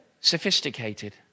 sophisticated